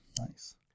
Nice